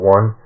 One